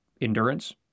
endurance